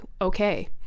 okay